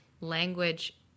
language